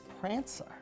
Prancer